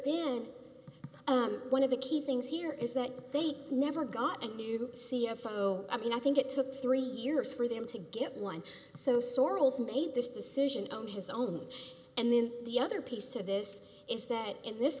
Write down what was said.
one of the key things here is that they never got a new c f o i mean i think it took three years for them to get one so sorrels made this decision on his own and then the other piece to this is that in this